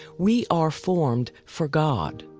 we are formed for god,